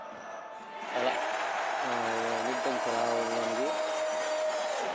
ᱪᱟᱞᱟᱜ ᱱᱤᱛ ᱫᱚᱧ ᱪᱟᱞᱟᱣ ᱞᱮᱱᱜᱮ